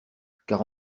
car